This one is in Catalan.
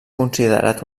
considerat